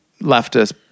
leftist